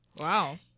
Wow